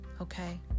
okay